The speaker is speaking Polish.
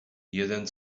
jeden